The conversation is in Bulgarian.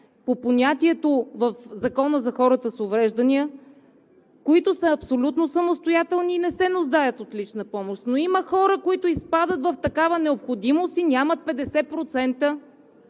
по понятието в Закона за хората с увреждания, които са абсолютно самостоятелни и не се нуждаят от лична помощ, но има хора, които изпадат в такава необходимост и нямат 50%